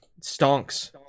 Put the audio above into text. Stonks